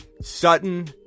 Sutton